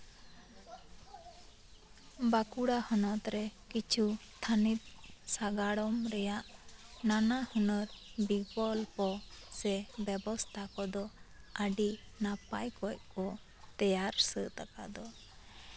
ᱵᱟᱸᱠᱩᱲᱟ ᱦᱚᱱᱚᱛᱨᱮ ᱠᱤᱪᱷᱩ ᱛᱷᱟᱱᱤᱛ ᱜᱟᱲᱚᱢ ᱨᱮᱭᱟᱜ ᱱᱟᱱᱟ ᱦᱩᱱᱟᱹᱨ ᱵᱤᱠᱚᱞᱯᱚ ᱥᱮ ᱵᱮᱵᱚᱥᱛᱷᱟ ᱠᱚᱫᱚ ᱟᱹᱰᱤ ᱱᱟᱯᱟᱭ ᱚᱠᱚᱡ ᱠᱚ ᱛᱮᱭᱟᱨ ᱥᱟᱹᱛ ᱟᱠᱟᱫᱟ